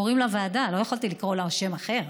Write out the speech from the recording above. וקוראים לה ועדה, לא יכולתי לקרוא לה בשם אחר,